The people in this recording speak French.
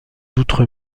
d’outre